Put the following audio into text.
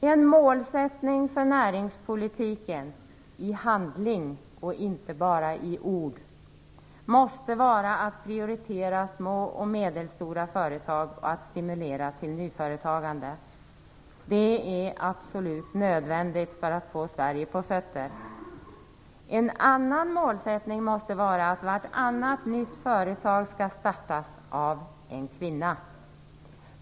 En målsättning för näringspolitiken i handling och inte bara i ord måste vara att prioritera små och medelstora företag och att stimulera till nyföretagande. Det är absolut nödvändigt för att få Sverige på fötter. En annan målsättning måste vara att vartannat nytt företag skall startas av en kvinna.